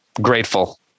grateful